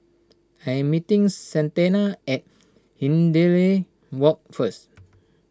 I am meeting Santana at Hindhede Walk first